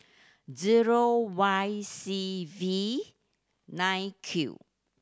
zero Y C V nine Q